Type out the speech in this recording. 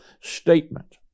statement